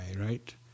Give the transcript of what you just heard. Right